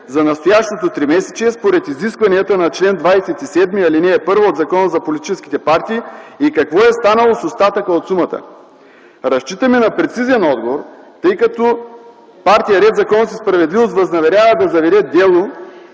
за настоящото тримесечие според изискванията на чл. 27, ал. 1 от Закона за политическите партии? Какво е станало с остатъка от сумата? Разчитаме на прецизен отговор, тъй като партия „Ред, законност и справедливост” възнамерява да заведе дело